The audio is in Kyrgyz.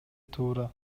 туура